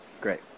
great